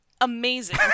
Amazing